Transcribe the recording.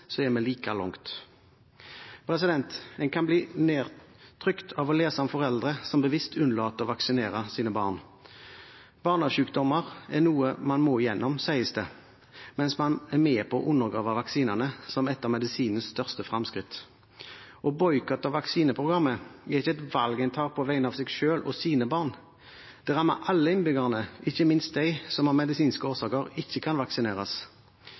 så er vi like langt. En kan bli nedtrykt av å lese om foreldre som bevisst unnlater å vaksinere sine barn. Barnesykdommer er noe man må igjennom, sies det, mens man er med på å undergrave vaksinene, som er et av medisinens største fremskritt. Å boikotte vaksineprogrammet er ikke et valg en tar på vegne av seg selv og sine barn – det rammer alle innbyggerne, ikke minst dem som av medisinske årsaker ikke kan vaksineres.